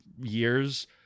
years